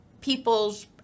people's